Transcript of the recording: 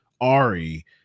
ari